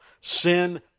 Sin